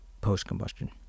post-combustion